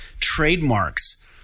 trademarks